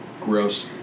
Gross